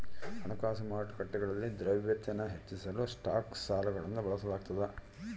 ಹಣಕಾಸು ಮಾರುಕಟ್ಟೆಗಳಲ್ಲಿ ದ್ರವ್ಯತೆನ ಹೆಚ್ಚಿಸಲು ಸ್ಟಾಕ್ ಸಾಲಗಳನ್ನು ಬಳಸಲಾಗ್ತದ